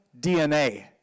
DNA